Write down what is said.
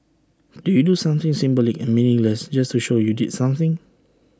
do you do something symbolic and meaningless just to show you did something